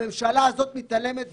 הממשלה הזו מתעלמת.